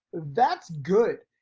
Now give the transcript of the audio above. that's good,